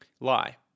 Lie